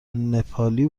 نپالی